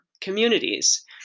communities